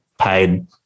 paid